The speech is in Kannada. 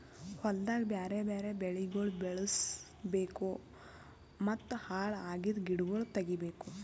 ಹೊಲ್ದಾಗ್ ಬ್ಯಾರೆ ಬ್ಯಾರೆ ಬೆಳಿಗೊಳ್ ಬೆಳುಸ್ ಬೇಕೂ ಮತ್ತ ಹಾಳ್ ಅಗಿದ್ ಗಿಡಗೊಳ್ ತೆಗಿಬೇಕು